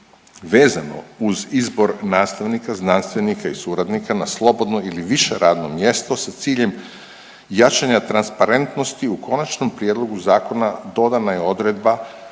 Vezano uz izbor nastavnika, znanstvenika i suradnika na slobodno ili više radno mjesto sa ciljem jačanja transparentnosti u konačnom prijedlogu zakona dodana je odredba